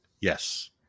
Yes